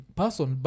person